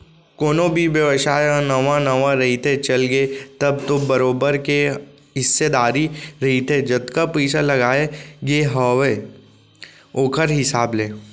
कोनो भी बेवसाय ह नवा नवा रहिथे, चलगे तब तो बरोबर के हिस्सादारी रहिथे जतका पइसा लगाय गे हावय ओखर हिसाब ले